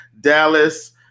Dallas